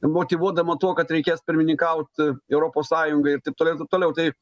motyvuodama tuo kad reikės pirmininkaut europos sąjungai ir taip toliau ir taip toliau tai